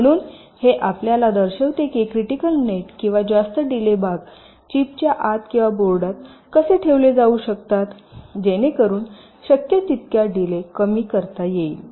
म्हणून हे आपल्याला दर्शविते की क्रिटिकल नेटकिंवा जास्त डीले भाग चिपच्या आत किंवा बोर्डात कसे ठेवले जाऊ शकतात जेणेकरून शक्य तितक्या डीले कमी करता येईल